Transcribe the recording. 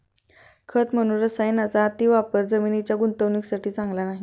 खत म्हणून रसायनांचा अतिवापर जमिनीच्या गुणवत्तेसाठी चांगला नाही